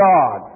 God